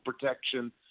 protection